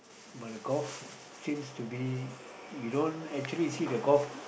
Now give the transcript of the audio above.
but the golf seems to be you don't actually see the golf